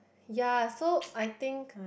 ya so I think